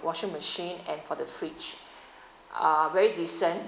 washing machine and for the fridge uh very decent